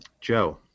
Joe